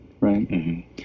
right